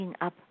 up